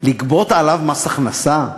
אז לגבות עליו מס הכנסה?